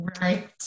Right